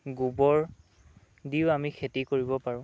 গোবৰ দিও আমি খেতি কৰিব পাৰোঁ